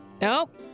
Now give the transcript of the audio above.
Nope